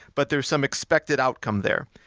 but there are some expected outcome there.